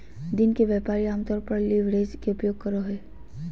दिन के व्यापारी आमतौर पर लीवरेज के उपयोग करो हइ